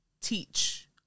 teach